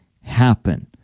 happen